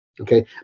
Okay